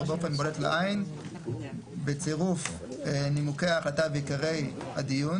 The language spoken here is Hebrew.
באופן בולט לעין בצירוף נימוקי ההחלטה ועיקרי הדיון